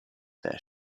their